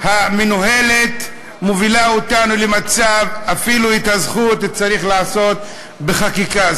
המנוהלת מובילות אותנו למצב שאפילו את הזכות צריך להביא לחקיקה,